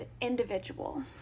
individual